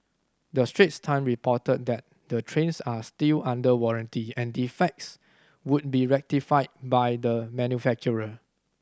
the Straits Time reported that the trains are still under warranty and defects would be rectified by the manufacturer